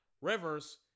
Rivers